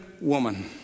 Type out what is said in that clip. woman